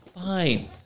fine